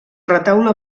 retaule